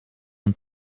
een